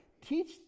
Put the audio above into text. Teach